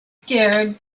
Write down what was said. scared